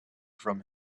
from